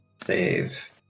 save